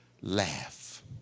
laugh